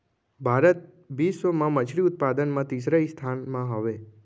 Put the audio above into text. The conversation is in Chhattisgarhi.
भारत बिश्व मा मच्छरी उत्पादन मा तीसरा स्थान मा हवे